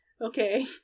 okay